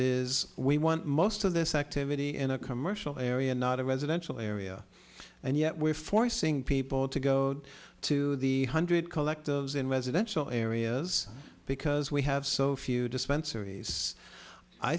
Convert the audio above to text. is we want most of this activity in a commercial area not a residential area and yet we're forcing people to go to the hundred collectives in residential areas because we have so few dispensaries i